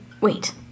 Wait